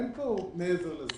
אין כאן מעבר לזה.